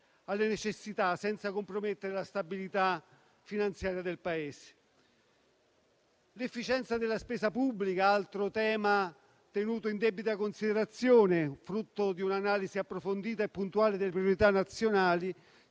alle necessità e senza compromettere la stabilità finanziaria del Paese. L'efficienza della spesa pubblica è un altro tema tenuto in debita considerazione, frutto di un'analisi approfondita e puntuale delle priorità nazionali.